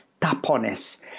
tapones